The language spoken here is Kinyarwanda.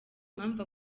impamvu